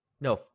No